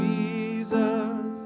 Jesus